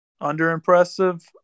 under-impressive